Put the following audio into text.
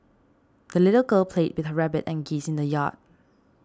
the little girl played with her rabbit and geese in the yard